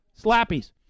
slappies